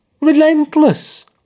relentless